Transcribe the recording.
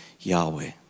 Yahweh